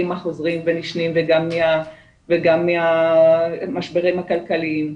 החוזרים ונשנים וגם מהמשברים הכלכליים.